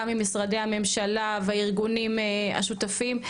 גם ממשרדי הממשלה והארגונים השותפים,